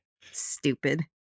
Stupid